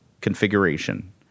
configuration